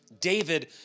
David